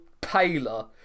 paler